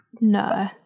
no